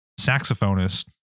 saxophonist